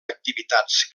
activitats